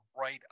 right